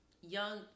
young